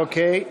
אוקיי.